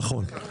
נכון.